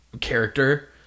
character